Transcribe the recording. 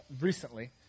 recently